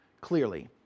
clearly